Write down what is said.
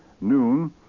noon